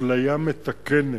אפליה מתקנת.